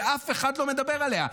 ואף אחד לא מדבר עליה.